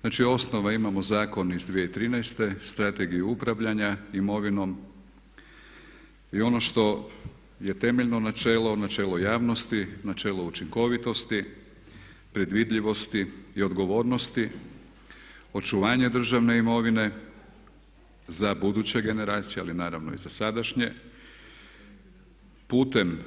Znači osnova, imamo zakon iz 2013., strategiju upravljanja imovinom i ono što je temeljno načelo, načelo javnosti, načelo učinkovitosti, predvidljivosti i odgovornosti, očuvanja državne imovine za buduće generacije ali naravno i za sadašnje putem